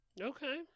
Okay